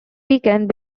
weekend